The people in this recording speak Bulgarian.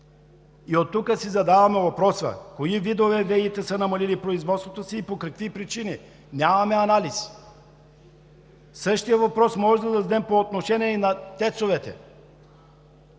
И оттук си задаваме въпроса: кои видове ВЕИ са намалили производството си и по какви причини? Нямаме анализ! (Реплики.) Същият въпрос можем да зададем и по отношение и на ТЕЦ-овете.